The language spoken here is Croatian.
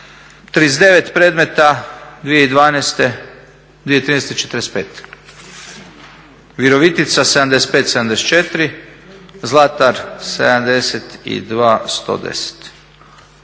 39 predmeta 2012., 2013. 45. Virovitica 75, 74. Zlatar 72, 110.